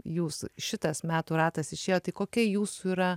jūs šitas metų ratas išėjo tai kokia jūsų yra